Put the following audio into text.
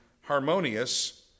harmonious